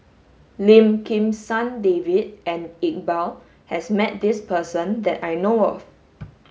Lim Kim San David and Iqbal has met this person that I know of